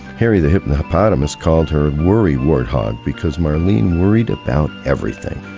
harry the hypnopotamus called her worry warthog because marlene worried about everything.